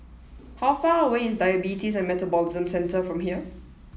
how far away is Diabetes and Metabolism Centre from here